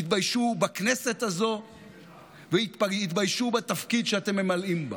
יתביישו בכנסת הזו ויתביישו בתפקיד שאתם ממלאים בה.